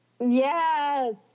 Yes